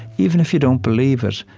even if you don't believe it,